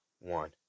One